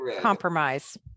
compromise